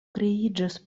kreiĝis